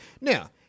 Now